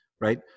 right